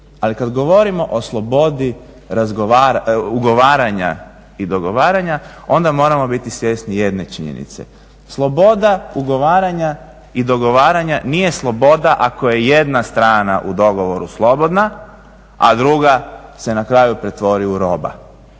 Ali kad govorimo o slobodi ugovaranja i dogovaranja onda moramo biti svjesni jedne činjenice. Sloboda ugovaranja i dogovaranja nije sloboda ako je jedna strana u dogovoru slobodna, a druga se na kraju pretvori u roba.